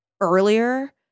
earlier